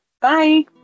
Bye